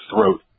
throat